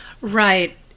Right